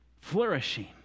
flourishing